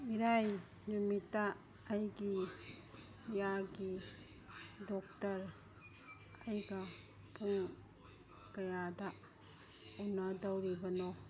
ꯏꯔꯥꯏ ꯅꯨꯃꯤꯠꯇ ꯑꯩꯒꯤ ꯌꯥꯒꯤ ꯗꯣꯛꯇꯔ ꯑꯩꯒ ꯄꯨꯡ ꯀꯌꯥꯗ ꯎꯅꯗꯧꯔꯤꯕꯅꯣ